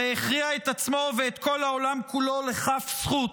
הרי הכריע את עצמו ואת כל העולם כולו לכף זכות